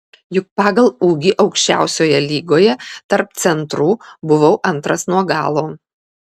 juk pagal ūgį aukščiausioje lygoje tarp centrų buvau antras nuo galo